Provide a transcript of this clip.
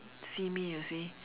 see me you see